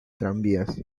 tranvías